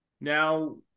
Now